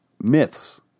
Myths